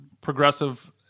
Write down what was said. progressive